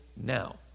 now